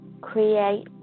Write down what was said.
create